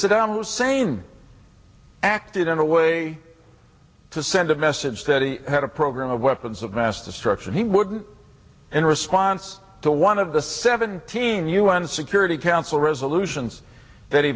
saddam hussein acted in a way to send a message that he had a program of weapons of mass destruction he wouldn't in response to one of the seventeen u n security council resolutions